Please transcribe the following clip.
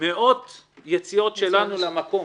מאות יציאות שלנו למקום.